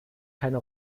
keine